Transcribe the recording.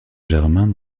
germain